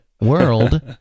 world